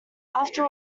after